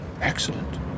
Excellent